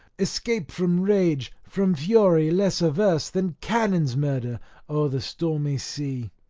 escape from rage, from fury less averse than cannons murder o'er the stormy sea.